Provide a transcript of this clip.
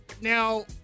Now